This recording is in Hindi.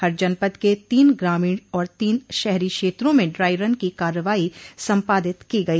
हर जनपद के तोन ग्रामीण और तीन शहरी क्षेत्रों में ड्राई रन की कार्रवाई सम्पादित की गई